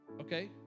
okay